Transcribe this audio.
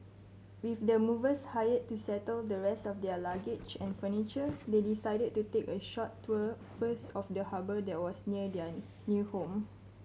with the movers hired to settle the rest of their luggage and furniture they decided to take a short tour first of the harbour that was near their new home